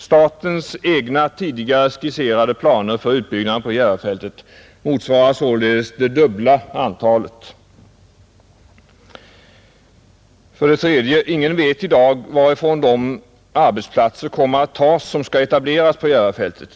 Statens egna tidigare skisserade planer för utbyggnaden på Järvafältet motsvarar således det dubbla antalet. 3. Ingen vet i dag varifrån de arbetsplatser kommer att tas som skall etableras på Järvafältet.